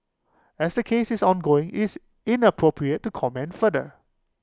as the case is ongoing IT is inappropriate to comment further